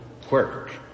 quirk